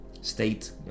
state